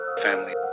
family